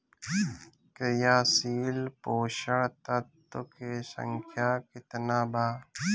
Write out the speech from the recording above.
क्रियाशील पोषक तत्व के संख्या कितना बा?